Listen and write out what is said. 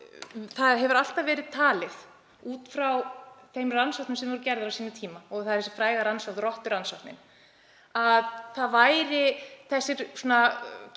það hefur alltaf verið talið, út frá þeim rannsóknum sem voru gerðar á sínum tíma, og það er þessi fræga rannsókn, rotturannsóknin, að við yrðum